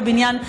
בבניין,